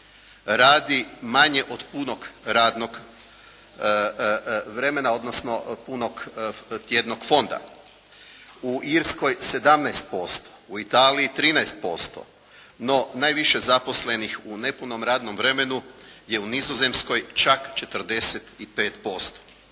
radi manje od punog radnog vremena, odnosno punog tjednog fonda. U Irskoj 17%, u Italiji 13%, no, najviše zaposlenih u nepunom radnom vremenu je u Nizozemskoj čak 45%.